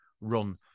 run